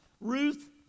Ruth